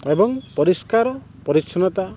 ଏବଂ ପରିଷ୍କାର ପରିଚ୍ଛନ୍ନତା